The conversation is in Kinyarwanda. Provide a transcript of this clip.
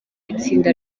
itsinda